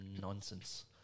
nonsense